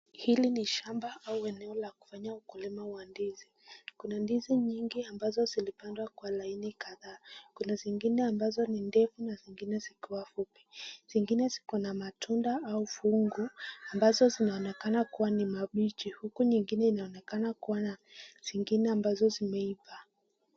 Hili ni shamba au eneo la kufanyia ukulima wa ndizi. Kuna ndizi nyingi ambazo zilipandwa kwa laini kadhaa. Kuna zingine ambazo ni ndefu na zingine zikiwa fupi. Zingine zikona matunda au fungu, ambazo zinaonekana kuwa ni mabichi, huku nyingine ikionekana kuwa na zingine ambazo zimeiva.